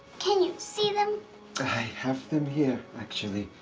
can you see them? i have them here actually.